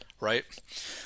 right